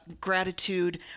gratitude